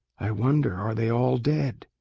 i wonder are they all dead?